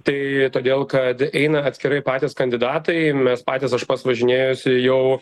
tai todėl kad eina atskirai patys kandidatai mes patys aš pats važinėjuosi jau